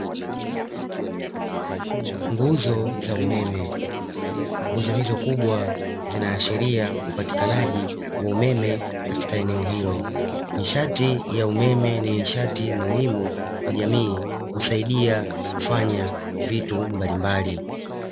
Nguzo za umeme, nguzo hizo kubwa zinaashiria upatikanaji wa umeme katika eneo hilo. Nishati ya umeme ni nishati muhimu kwa jamii husaidia kufanya vitu mbalimbali.